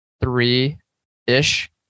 three-ish